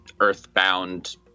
earthbound